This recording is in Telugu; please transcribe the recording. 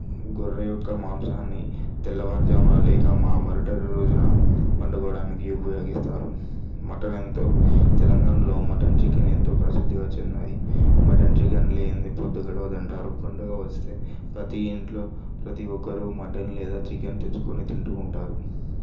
గొర్రె యొక్క మాంసాన్ని తెల్లవారి ఝామున లేక మా మరుసటి రోజున వండుకోవడానికి ఉపయోగిస్తారు మటన్ ఎంతో తెలంగాణలో మటన్ చికెన్ ఎంతో ప్రసిద్ధిగా చెందాయి మటన్ చికెన్ లేనిదే ప్రొద్దు గడవదు అంటారు పండగ వస్తే ప్రతీ ఇంట్లో ప్రతీ ఒక్కరూ మటన్ లేదా చికెన్ తెచ్చుకొని తింటూ ఉంటారు